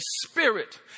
Spirit